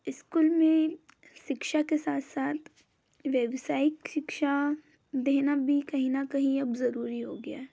school में शिक्षा के साथ साथ व्यावसायिक शिक्षा देना भी कहीं ना कहीं अब ज़रूरी हो गया है